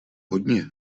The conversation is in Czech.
hodně